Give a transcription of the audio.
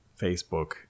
Facebook